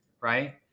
right